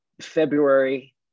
February